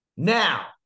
Now